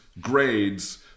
grades